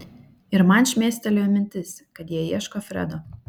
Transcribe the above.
ir man šmėstelėjo mintis kad jie ieško fredo